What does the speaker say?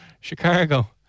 Chicago